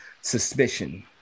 suspicion